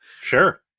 Sure